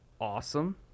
awesome